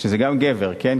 שזה גם גבר, כן?